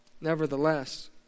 Nevertheless